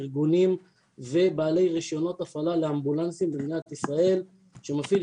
ארגונים ובעלי רישיונות הפעלה לאמבולנסים במדינת ישראל שמפעילים